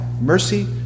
mercy